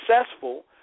successful